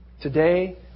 today